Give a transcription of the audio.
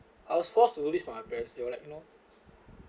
I was forced to do this for my parents they were like you know